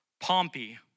Pompey